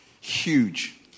Huge